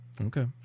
Okay